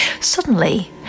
Suddenly